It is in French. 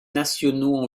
nationaux